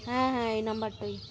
হ্যাঁ হ্যাঁ এই নাম্বারটাই